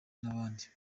n’abandi